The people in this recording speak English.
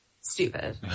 stupid